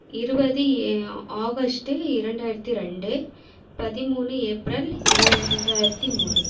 இருபது ஆகஸ்ட்டு இரண்டாயிரத்தி ரெண்டு பதிமூணு ஏப்ரல் இரண்டாயிரத்தி மூணு